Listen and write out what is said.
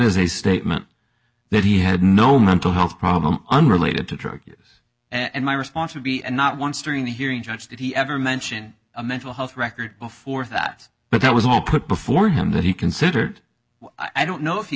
is a statement that he had no mental health problems unrelated to drug use and my response would be and not once during the hearing judge did he ever mention a mental health record before that but that was all put before him that he considered i don't know if